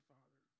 Father